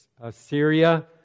Assyria